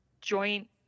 joint